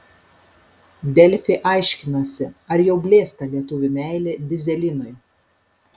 delfi aiškinosi ar jau blėsta lietuvių meilė dyzelinui